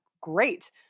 great